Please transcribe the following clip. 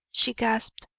she gasped.